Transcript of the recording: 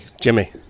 Jimmy